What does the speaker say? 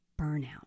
burnout